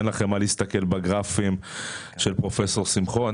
אין לכם מה להסתכל בגרפים של פרופסור שמחון.